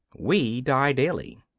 we die daily.